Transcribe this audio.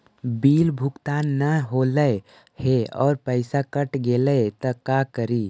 Bill भुगतान न हौले हे और पैसा कट गेलै त का करि?